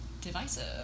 divisive